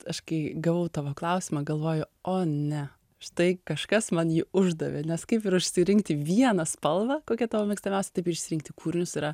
aš kai gavau tavo klausimą galvoju o ne štai kažkas man jį uždavė nes kaip išsirinkti vieną spalvą kokia tavo mėgstamiaus išsirinkti kūrinius yra